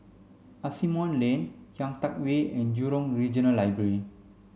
Asimont Lane Kian Teck Way and Jurong Regional Library